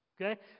Okay